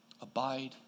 abide